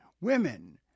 women